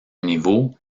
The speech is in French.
niveau